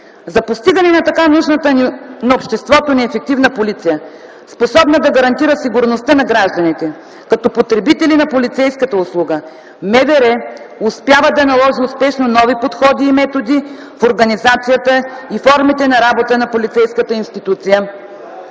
За постигане на така нужната на обществото ни ефективна полиция, способна да гарантира сигурността на гражданите като потребители на полицейската услуга, МВР успява да наложи успешно нови подходи и методи в организацията и формите на работа в полицейската институция,